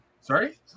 Sorry